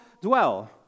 dwell